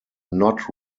not